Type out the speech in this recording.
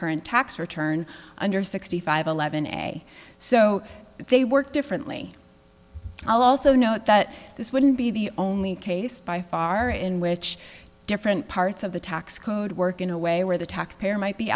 current tax return under sixty five eleven a so they work differently i'll also note that this wouldn't be the only case by far in which different parts of the tax code work in a way where the tax payer might be